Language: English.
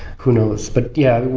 who knows but yeah,